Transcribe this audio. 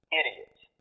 idiots